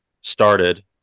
started